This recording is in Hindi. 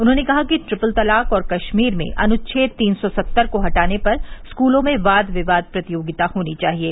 उन्होंने कहा कि ट्रिपल तलाक और कश्मीर में अनुच्छेद तीन सौ सत्तर को हटाने पर स्कूलों में वाद विवाद प्रतियोगिता होनी चाहिये